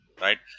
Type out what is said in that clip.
Right